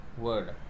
word